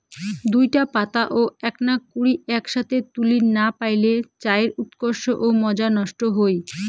দুইটা পাতা ও এ্যাকনা কুড়ি এ্যাকসথে তুলির না পাইলে চায়ের উৎকর্ষ ও মজা নষ্ট হই